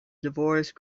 divorce